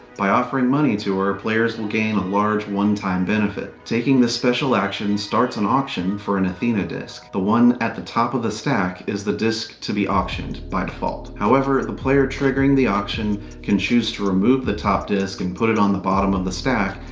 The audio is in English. by offering money to her, players will gain a large one-time benefit. taking this special action starts an auction for an athena disc. the one at the top of the stack is the disc to be auctioned, by default. however, the player triggering the auction can choose to remove the top disc and put it on the bottom of the stack,